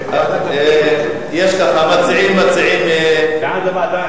המציעים מציעים לוועדה.